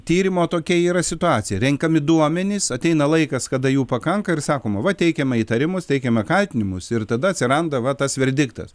tyrimo tokia yra situacija renkami duomenys ateina laikas kada jų pakanka ir sakoma va teikiame įtarimus teikiame kaltinimus ir tada atsiranda va tas verdiktas